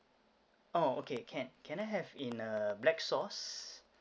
oh okay can can I have in uh black sauce